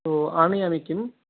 तो आनयामि किं